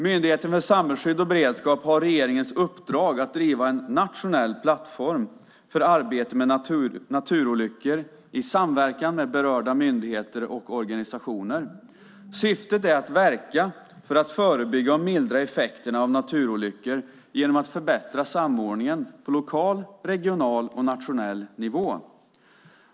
Myndigheten för samhällsskydd och beredskap har regeringens uppdrag att driva en nationell plattform för arbete med naturolyckor i samverkan med berörda myndigheter och organisationer. Syftet är att verka för att förebygga och mildra effekterna av naturolyckor genom att förbättra samordningen på lokal, regional och nationell nivå.